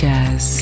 Jazz